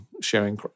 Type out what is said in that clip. sharing